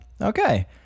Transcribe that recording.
Okay